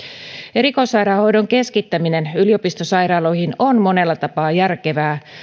erikoissairaanhoidon keskittäminen yliopistosairaaloihin on monella tapaa järkevää